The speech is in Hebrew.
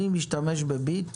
אני משתמש ב"ביט",